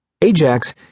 Ajax